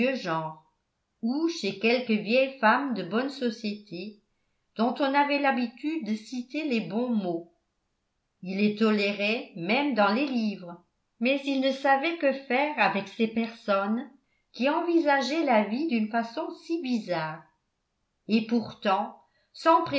genre ou chez quelques vieilles femmes de bonne société dont on avait l'habitude de citer les bons mots il les tolérait même dans les livres mais il ne savait que faire avec ces personnes qui envisageaient la vie d'une façon si bizarre et pourtant sans